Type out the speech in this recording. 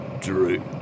Drew